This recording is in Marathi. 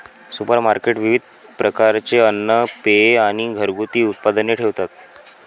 सुपरमार्केट विविध प्रकारचे अन्न, पेये आणि घरगुती उत्पादने ठेवतात